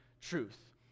truth